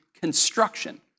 construction